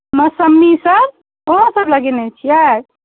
मौसम्मीसभ ओहोसभ लगेने छियै